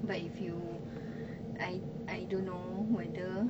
but if you I I don't know whether